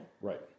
Right